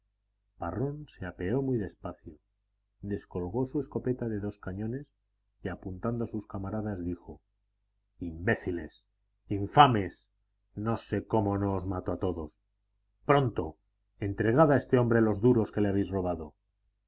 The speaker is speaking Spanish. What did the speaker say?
parrón se apeó muy despacio descolgó su escopeta de dos cañones y apuntando a sus camaradas dijo imbéciles infames no sé cómo no os mato a todos pronto entregad a este hombre los duros que le habéis robado